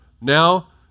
Now